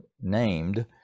named